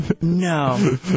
No